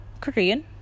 Korean